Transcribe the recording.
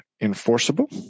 enforceable